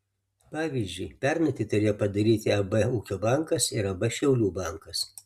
pavyzdžiui pernai tai turėjo padaryti ab ūkio bankas ir ab šiaulių bankas